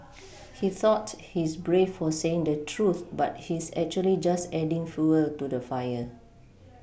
he thought he's brave for saying the truth but he's actually just adding fuel to the fire